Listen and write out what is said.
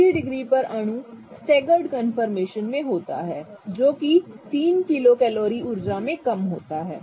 60 degree पर अणु staggered conformation में होता है जो 3 किलो कैलोरी ऊर्जा में कम होता है